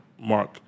Mark